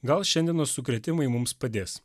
gal šiandienos sukrėtimai mums padės